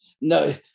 no